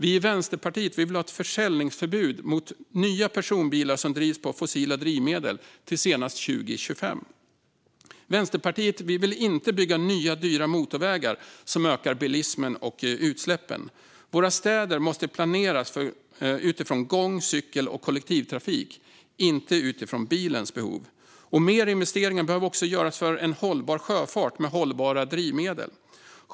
Vi i Vänsterpartiet vill ha ett försäljningsförbud mot nya personbilar som drivs på fossila drivmedel senast 2025. Vänsterpartiet vill inte bygga nya, dyra motorvägar som ökar bilismen och utsläppen. Våra städer måste planeras utifrån gång, cykel och kollektivtrafik, inte utifrån bilens behov. Mer investeringar behöver också göras för en hållbar sjöfart med hållbara drivmedel.